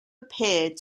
appeared